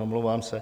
Omlouvám se.